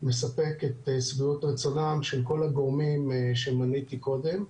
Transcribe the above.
מספק את שביעות רצונם של כל הגורמים שמניתי קודם.